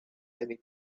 many